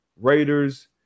Raiders